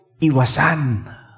iwasan